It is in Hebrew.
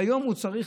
והיום הוא צריך,